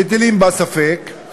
מטילים בה ספק,